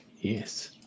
Yes